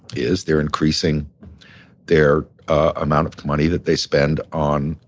is they're increasing their amount of money that they spend on,